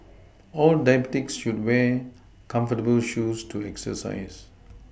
all diabetics should wear comfortable shoes to exercise